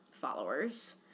followers